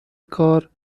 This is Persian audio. کار